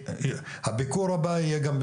שישבנו עם